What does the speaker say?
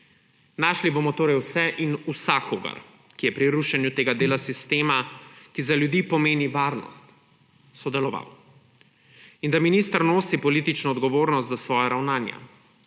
Našli bomo torej vse in vsakogar, ki je pri rušenju tega dela sistema, ki za ljudi pomeni varnost, sodeloval. In da minister nosi politično odgovornost za svoja ravnanja.